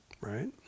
Right